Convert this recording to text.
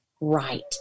right